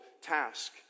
task